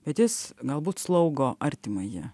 bet jis galbūt slaugo artimąjį